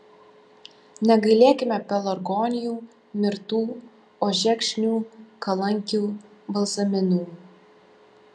negailėkime pelargonijų mirtų ožekšnių kalankių balzaminų